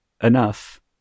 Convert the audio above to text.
enough